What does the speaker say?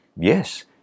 Yes